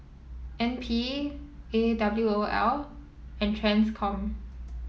N P A W O L and Transcom